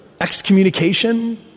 excommunication